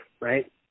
right